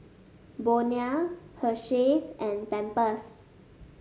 Bonia Hersheys and Pampers